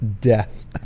death